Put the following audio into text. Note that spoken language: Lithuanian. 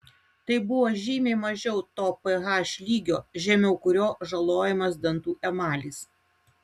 tai buvo žymiai mažiau to ph lygio žemiau kurio žalojamas dantų emalis